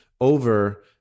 over